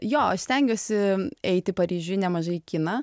jo stengiuosi eiti paryžiuje nemažai į kiną